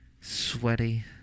sweaty